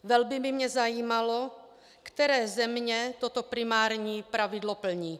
Velmi by mě zajímalo, které země toto primární pravidlo plní.